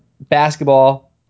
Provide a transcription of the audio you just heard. Basketball